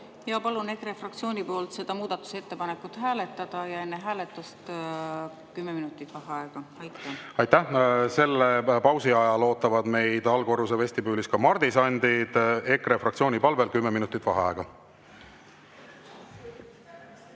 Palun EKRE fraktsiooni poolt seda muudatusettepanekut hääletada ja enne hääletust kümme minutit vaheaega. Aitäh! Selle pausi ajal ootavad meid allkorruse vestibüülis mardisandid. EKRE fraktsiooni palvel kümme minutit vaheaega.V